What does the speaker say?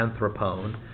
anthropone